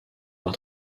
par